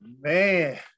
Man